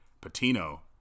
Patino